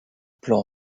plan